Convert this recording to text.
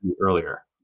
earlier